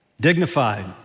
Dignified